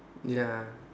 ya